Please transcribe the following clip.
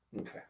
Okay